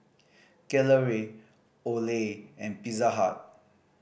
Gelare Olay and Pizza Hut